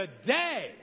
today